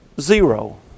zero